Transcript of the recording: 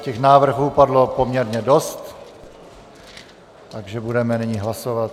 Těch návrhů padlo poměrně dost, takže budeme nyní hlasovat.